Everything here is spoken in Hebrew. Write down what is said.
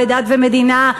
בדת ומדינה,